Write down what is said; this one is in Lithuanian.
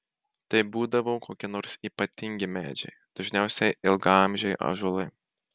tai būdavo kokie nors ypatingi medžiai dažniausiai ilgaamžiai ąžuolai